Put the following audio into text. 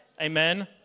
Amen